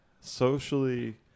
socially